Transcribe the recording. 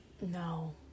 No